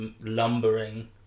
lumbering